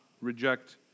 reject